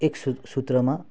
एक सुत सूत्रमा